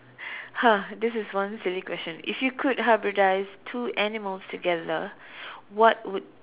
!wah! this is one silly question if you could hybridize two animals together what would